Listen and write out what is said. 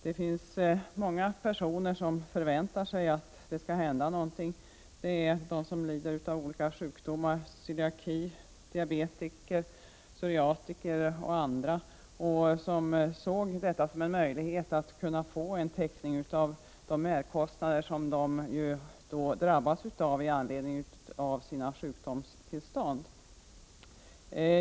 Det är många som förväntar sig att det skall hända någonting. Det är personer som lider av celiaki, diabetiker, psoriatiker och andra, som har sett detta förslag som en möjlighet att få täckning av de merkostnader som de drabbas av i anledning av sina sjukdomstillstånd.